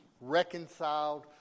reconciled